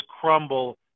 crumble